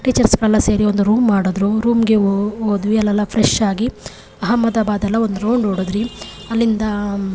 ಟೀಚರ್ಸ್ಗಳೆಲ್ಲ ಸೇರಿ ಒಂದು ರೂಮ್ ಮಾಡಿದ್ರು ರೂಮ್ಗೆ ಹೋದ್ವಿ ಅಲ್ಲೆಲ್ಲ ಫ್ರೆಶ್ ಆಗಿ ಅಹಮದಾಬಾದೆಲ್ಲ ಒಂದು ರೌಂಡ್ ಹೊಡೆದ್ವಿ ಅಲ್ಲಿಂದ